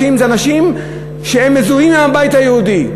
הראשיים זה אנשים שמזוהים עם הבית היהודי.